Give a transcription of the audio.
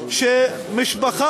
שמשפחה